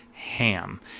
ham